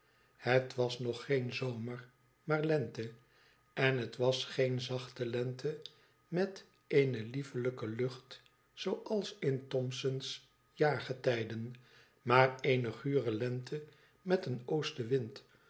het was nog geen zomer maar lente en het was geen zachte lente met eene liefelijke lucht zooals in thomson s jaargetijden maar eene gure lente met een oostenwind